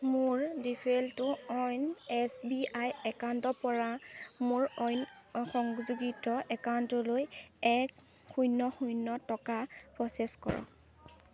মোৰ ডিফ'ল্ট য়োন' S B I একাউণ্টৰপৰা মোৰ অন্য সংযোজিত একাউণ্টলৈ এক শূন্য শূন্য টকা প্ৰ'চেছ কৰক